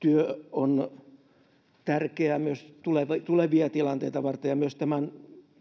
on tärkeää myös tulevia tulevia tilanteita varten ja myös tämän